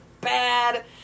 bad